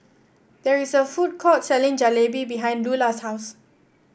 there is a food court selling Jalebi behind Lulla's house